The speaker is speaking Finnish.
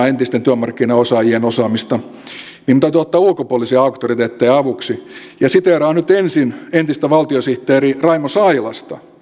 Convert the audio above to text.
entisten työmarkkinaosaajien osaamista niin nyt täytyy ottaa ulkopuolisia auktoriteetteja avuksi siteeraan nyt ensin entistä valtiosihteeri raimo sailasta